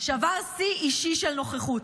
שבר שיא אישי של נוכחות.